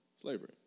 slavery